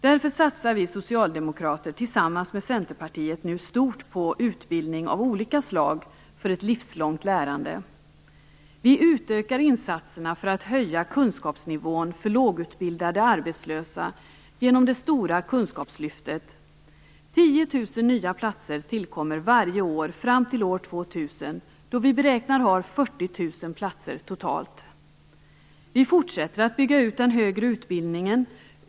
Därför satsar vi socialdemokrater tillsammans med Centerpartiet nu stort på utbildning av olika slag för ett livslångt lärande. Vi utökar insatserna för att höja kunskapsnivån för lågutbildade arbetslösa genom det stora kunskapslyftet. 10 000 nya platser tillkommer varje år fram till år 2000, då vi beräknar ha Vi fortsätter att bygga ut den högre utbildningen.